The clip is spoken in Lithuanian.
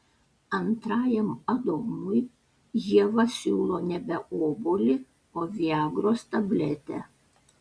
antrajam adomui ieva siūlo nebe obuolį o viagros tabletę